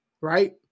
right